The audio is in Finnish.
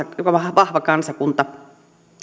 vahva kansakunta